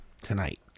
tonight